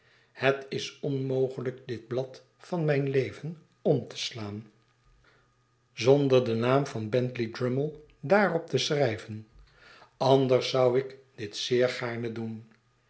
het is onmogelijk dit blad van mijn leven drummle beweert estella te kennen ora te slaan zonder den naam van jbentley drummje daarop te schrijyen anders zou ik dit zeer gaarne doen